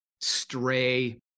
stray